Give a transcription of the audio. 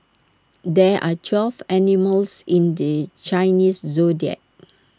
there are twelve animals in the Chinese Zodiac